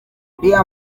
uriya